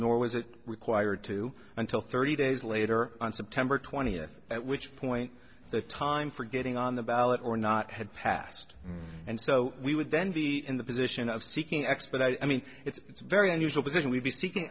nor was it required to until thirty days later on september twentieth at which point the time for getting on the ballot or not had passed and so we would then be in the position of seeking ex but i mean it's very unusual position we'd be seeking